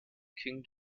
king